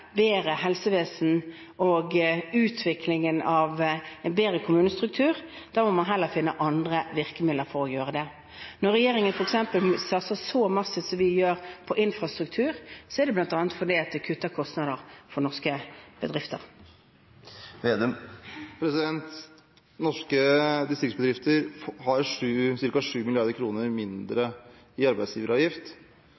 bedre helsevesen og utviklingen av en bedre kommunestruktur. Da må man heller finne andre virkemidler for å avhjelpe det. Når regjeringen f.eks. satser så massivt som vi gjør på infrastruktur, er det bl.a. for å kutte kostnadene for norske bedrifter. Norske distriktsbedrifter har ca. 7 mrd. kr mindre i arbeidsgiveravgift fordi vi har